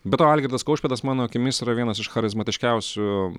be to algirdas kaušpėdas mano akimis yra vienas iš charizmatiškiausių